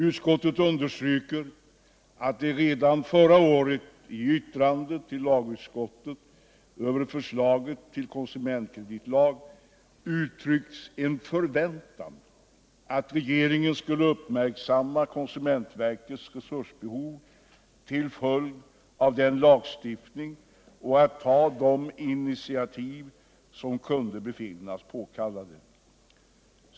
Utskottet understryker att det redan förra året, i yttrande till lagutskottet över förslaget till konsumentkreditlag, uttryckts en förväntan att regeringen skulle uppmärksamma konsumentverkets resursbehov till följd av den lagstiftningen och att ta de initiativ som kunde befinnas påkallade.